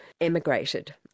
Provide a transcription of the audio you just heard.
emigrated